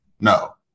No